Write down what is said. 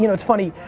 you know it's funny,